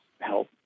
help